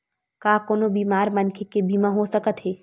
का कोनो बीमार मनखे के बीमा हो सकत हे?